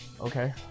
Okay